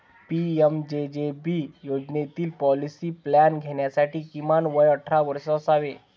PMJJB योजनेतील policy plan घेण्यासाठी किमान वय अठरा वर्षे असावे